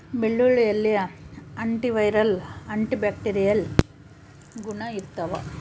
ಬೆಳ್ಳುಳ್ಳಿಯಲ್ಲಿ antiviral antibacterial ಗುಣ ಇರ್ತಾವ